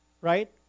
Right